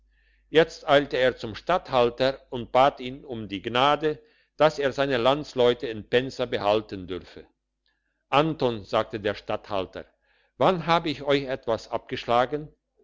jetzt eilte er zum statthalter und bat ihn um die gnade dass er seine landsleute in pensa behalten dürfe anton sagte der statthalter wann hab ich euch etwas abgeschlagen